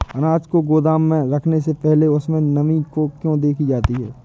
अनाज को गोदाम में रखने से पहले उसमें नमी को क्यो देखी जाती है?